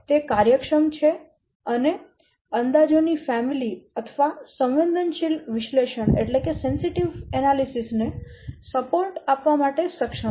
તે કાર્યક્ષમ છે અને અંદાજો ની ફેમિલી અથવા સંવેદનશીલ વિશ્લેષણ ને સપોર્ટ આપવા માટે સક્ષમ છે